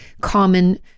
common